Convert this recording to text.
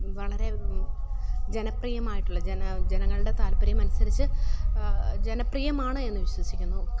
വളരെ ജനപ്രിയമായിട്ടുള്ള ജന ജനങ്ങളുടെ താല്പര്യം അനുസരിച്ച് ജനപ്രിയമാണ് എന്ന് വിശ്വസിക്കുന്നു